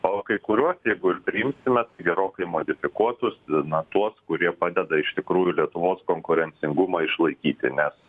o kai kuriuos jeigu ir priimsime tai gerokai modifikuotus na tuos kurie padeda iš tikrųjų lietuvos konkurencingumą išlaikyti nes